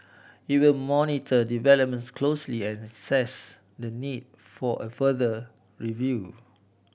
it will monitor developments closely and assess the need for a further review